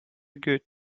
good